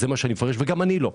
וגם אני לא,